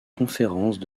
conférences